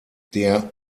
der